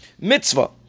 mitzvah